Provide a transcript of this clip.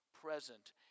present